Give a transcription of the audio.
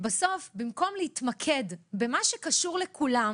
בסוף במקום להתמקד במה שקשור לכולם